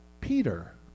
Peter